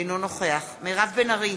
אינו נוכח מירב בן ארי,